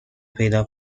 پیدا